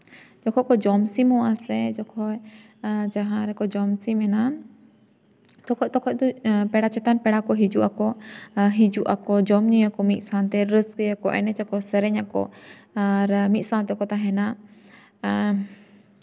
ᱡᱚᱠᱷᱚᱡ ᱠᱚ ᱡᱚᱢ ᱥᱤᱢᱚᱜᱼᱟ ᱡᱚᱠᱷᱚᱡ ᱡᱟᱦᱟᱸ ᱨᱮᱠᱚ ᱡᱚᱢ ᱥᱤᱢ ᱮᱱᱟ ᱛᱚᱠᱷᱚᱡ ᱛᱚᱠᱷᱚᱡ ᱫᱚ ᱯᱮᱲᱟ ᱪᱮᱛᱟᱱ ᱯᱮᱲᱟ ᱠᱚ ᱦᱤᱡᱩᱜ ᱟᱠᱚ ᱟᱨ ᱦᱤᱡᱩᱜ ᱟᱠᱚ ᱡᱚᱢ ᱧᱩᱭᱟᱠᱚ ᱢᱤᱫ ᱥᱟᱶᱛᱮ ᱮᱱᱮᱡ ᱟᱠᱚ ᱥᱮᱨᱮᱧ ᱟᱠᱚ ᱟᱨ ᱢᱤᱫ ᱥᱟᱶ ᱟᱨ ᱢᱤᱫ ᱥᱟᱶ ᱛᱮᱠᱚ ᱛᱟᱦᱮᱱᱟ ᱟᱨ